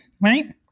right